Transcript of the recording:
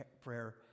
Prayer